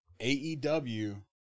AEW